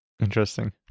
Interesting